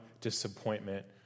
disappointment